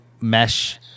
mesh